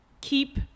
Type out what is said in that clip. keep